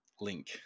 link